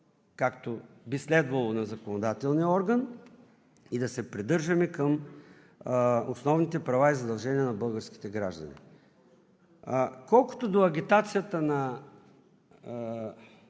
както би следвало, на законодателния орган и да се придържаме към основните права и задължения на българските граждани. А колкото до агитацията на